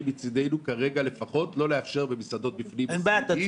מצדנו כרגע לפחות לא לאפשר במסעדות בפנים 20 איש,